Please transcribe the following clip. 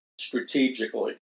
strategically